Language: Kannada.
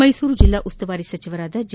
ಮೈಸೂರು ಜಿಲ್ಲಾ ಉಸ್ತುವಾರಿ ಸಚಿವ ಜಿ